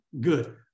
good